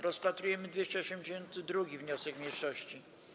Rozpatrujemy 282. wniosek mniejszości.